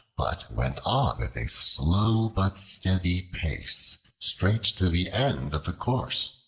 but went on with a slow but steady pace straight to the end of the course.